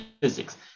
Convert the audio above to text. physics